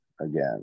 again